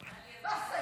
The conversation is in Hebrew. רפיון